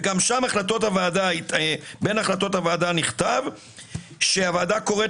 וגם שם בין החלטות הועדה נכתב שהוועדה קוראת